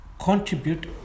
contribute